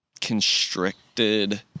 constricted